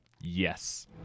Yes